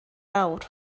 awr